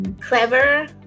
Clever